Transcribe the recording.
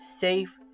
safe